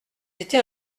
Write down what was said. été